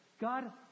God